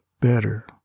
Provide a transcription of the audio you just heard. better